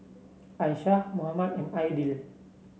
Aishah Muhammad and Aidil